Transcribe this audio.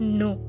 no